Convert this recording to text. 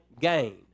gain